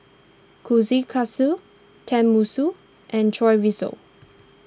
Kushikatsu Tenmusu and Chorizo